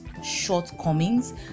shortcomings